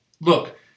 look